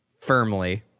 Firmly